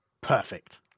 Perfect